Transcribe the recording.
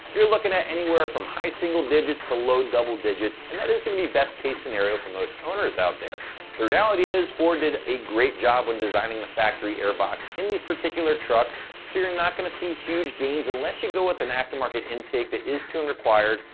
you're looking at anywhere from high single digits to low double digits, and that is gonna be best-case scenario for most owners out there. the reality is ford did a great job when designing the factory air box in these particular trucks, so you're not gonna see huge gains unless you go with an aftermarket intake that is tune-required,